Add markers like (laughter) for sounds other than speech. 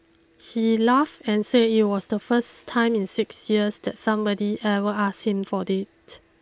he laughed and said it was the first time in six years that somebody ever asked him for (unintelligible)